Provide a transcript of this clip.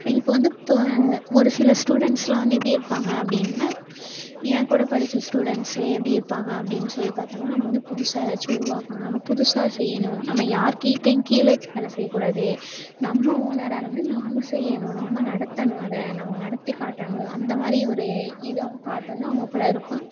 இப்போ வந்து இப்போ ஒரு சில ஸ்டூடெண்ட்ஸ்லாம் வந்து எப்படி இருப்பாங்க அப்படின்னா என் கூட படித்த ஸ்டூடெண்ட்ஸே எப்படி இருப்பாங்க அப்டின்னு சொல்லி பார்த்தோம்னா நம்ம வந்து புதுசா ஏதாச்சும் உருவாக்குணும் நம்ம புதுசா செய்யணும் நம்ம யார் கிட்டையும் கீழே வேலை செய்யக்கூடாது நம்ம ஓனராக இருந்து நம்ம செய்யணும் நம்ம நடத்தணும் அதை நம்ம நடத்தி காட்டணும் அந்த மாதிரி ஒரு இது தாட் வந்து அவங்களுக்குள்ள இருக்கும்